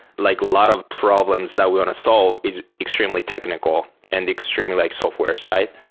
like lot of problems that we want to solve is extremely technical and extremely like software-side,